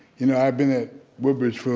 you know i've been at woodbridge